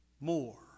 more